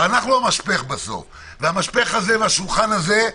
אנחנו המשפך בסוף, והמשפך הזה, השולחן הזה,